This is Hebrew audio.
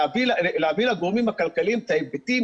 להביא לגורמים הכלכליים את ההיבטים,